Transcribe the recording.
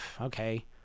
Okay